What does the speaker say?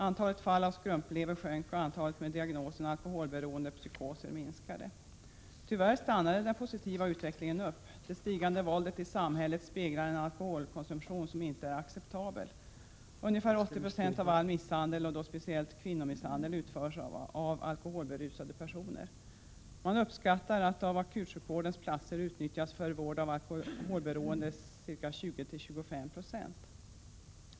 Antalet fall av Tyvärr stannade den positiva utvecklingen. Det stigande våldet i samhället speglar en alkoholkonsumtion som inte är acceptabel. Ungefär 80 96 av all misshandel, och då speciellt kvinnomisshandel, utförs av alkoholberusade personer. Man uppskattar att ca 20-25 26 av akutsjukvårdens platser utnyttjas för vård av alkoholberoende.